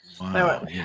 Wow